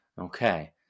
Okay